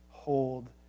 Hold